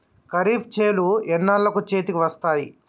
ఖరీఫ్ చేలు ఎన్నాళ్ళకు చేతికి వస్తాయి?